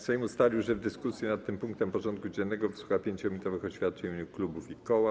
Sejm ustalił, że w dyskusji nad tym punktem porządku dziennego wysłucha 5-minutowych oświadczeń w imieniu klubów i koła.